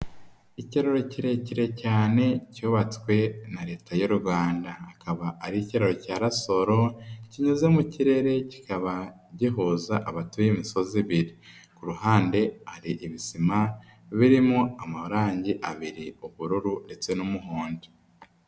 lkiraro kirekire cyane, cyubatswe na leta y'u Rwanda, kikaba ari ikiraro cya lasoro kinyuze mu kirere ,kikaba gihuza abatuye imisozi ibiri, ku ruhande hari ibisima birimo amarangi abiri, ubururu ndetse n'umuhondo.